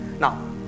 Now